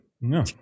no